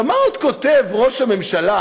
עכשיו, מה עוד כותב ראש הממשלה,